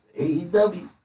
AEW